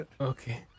Okay